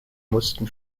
mussten